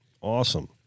Awesome